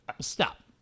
Stop